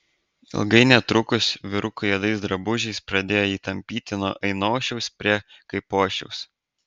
ilgai netrukus vyrukai juodais drabužiais pradėjo jį tampyti nuo ainošiaus prie kaipošiaus